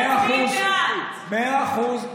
מאה אחוז.